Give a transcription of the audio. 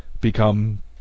become